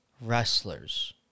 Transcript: wrestlers